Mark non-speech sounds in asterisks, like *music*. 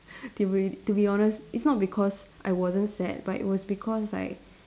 *laughs* to be to be honest it's not because I wasn't sad but it was because like